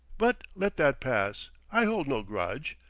but let that pass i hold no grudge.